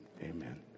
amen